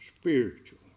spiritual